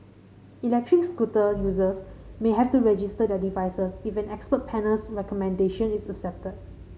electric scooter users may have to register their devices if an expert panel's recommendation is accepted